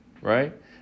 right